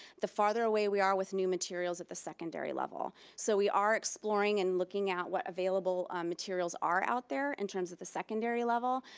the farther away we are with new materials at the secondary level. so we are exploring and looking at what available materials are out there in terms of the secondary level,